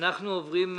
הישיבה נעולה.